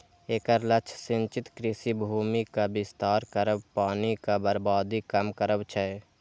एकर लक्ष्य सिंचित कृषि भूमिक विस्तार करब, पानिक बर्बादी कम करब छै